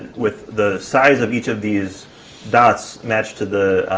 with the size of each of these dots match to the,